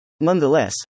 Nonetheless